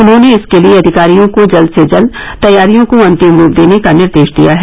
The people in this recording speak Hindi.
उन्होंने इसके लिए अधिकारियों को जल्द से जल्द तैयारियों को अंतिम रूप देने का निर्देश दिया है